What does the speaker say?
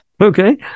Okay